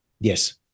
Yes